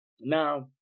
Now